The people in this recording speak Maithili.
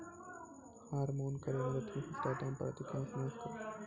हारमोन केरो मदद सें सस्ता दाम पर अधिकाधिक मांस केरो उत्पादन सें व्यापारिक लाभ होय छै